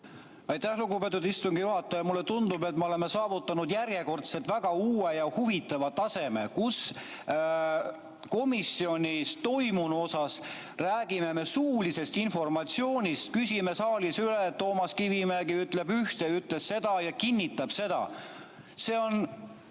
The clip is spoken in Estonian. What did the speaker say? Aitäh, lugupeetud istungi juhataja! Mulle tundub, et me oleme saavutanud järjekordselt väga uue ja huvitava taseme, kus me komisjonis toimunu kohta räägime suulisest informatsioonist, küsime saalis üle, Toomas Kivimägi ütleb ühte, ütles seda ja kinnitab seda. Ma ei